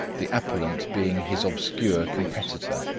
the appellant being his obscure competitor.